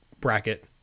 bracket